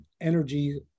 energy